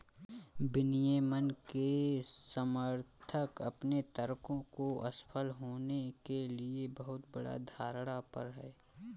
विनियमन के समर्थक अपने तर्कों को असफल होने के लिए बहुत बड़ा धारणा पर हैं